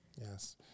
Yes